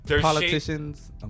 politicians